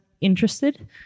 interested